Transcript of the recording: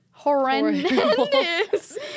Horrendous